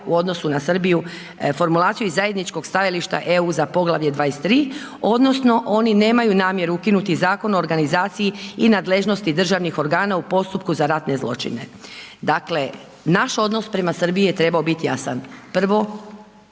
u odnosu na Srbiju, formulaciju iz zajedničkog stajališta EU za Poglavlje 23. odnosno oni nemaju namjeru ukinuti Zakon o organizaciji i nadležnosti državnih organa u postupku za ratne zločine. Dakle, naš odnos prema Srbiji je trebao biti jasan. Prvo,